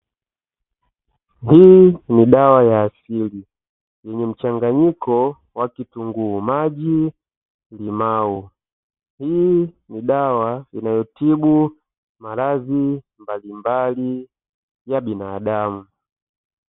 Hii ni dawa ya asili yenye mchanganyiko wa kitunguu maji na limao. Hii ni dawa inayotibu maradhi mbalimbali ya binadamu.